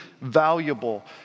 valuable